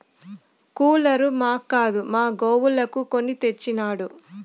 cooler మాక్కాదు మా గోవులకు కొని తెచ్చినాడు